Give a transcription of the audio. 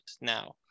now